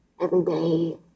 everyday